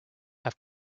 have